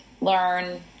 learn